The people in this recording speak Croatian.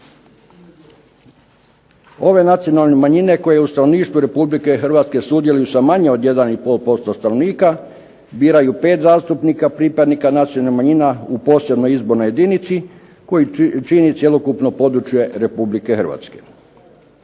Ove nacionalne manjine koje u stanovništvu Republike Hrvatske sudjeluju sa manje od 1,5% stanovnika biraju 5 zastupnika pripadnika nacionalnih manjina u posebnoj izbornoj jedinici koji čini cjelokupno područje Republike Hrvatske.